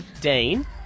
Dean